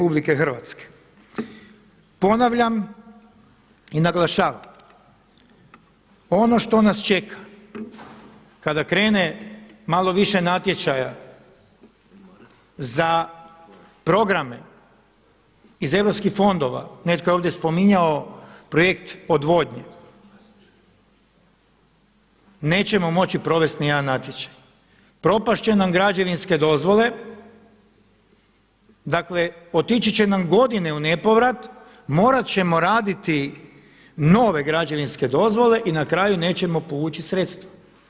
Ponavljam i naglašavam, ono što nas čeka kada krene malo više natječaja za programe iz europskih fondova, netko je ovdje spominjao projekt odvodnje, nećemo moći provesti ni jedan natječaj, propast će nam građevinske dozvole, dakle otići će nam godine u nepovrat, morat ćemo raditi nove građevinske dozvole i na kraju nećemo povući sredstva.